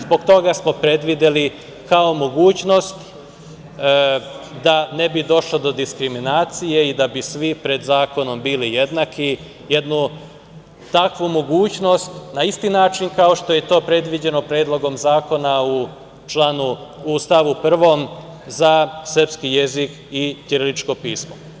Zbog toga smo predvideli kao mogućnost da ne bi došlo do diskriminacije i da bi svi pred zakonom bili jednaki jednu takvu mogućnost na isti način kao što je to predviđeno Predlogom zakona u stavu 1. za srpski jezik i ćirilično pismo.